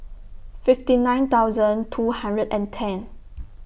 fifty nine thousand two hundred and ten